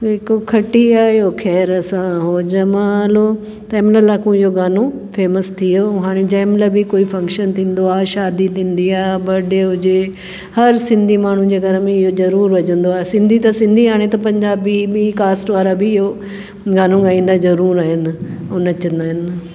जेको खटी आहियो खैर सां हो जमालो तंहिं महिल लाको इहो गानो फेमस थी वियो हाणे जंहिं महिल बि कोई फ़क्शन थींदो आहे शादी थींदी आहे बरडे हुजे हर सिंधी माण्हुनि जे घर में इहो ज़रूरु वॼंदो आहे सिंधी त सिंधी हाणे त पंजाबी ॿी कास्ट वारा बि इहो गानो ॻाईंदा ज़रूरु आहिनि ऐं नचंदा आहिनि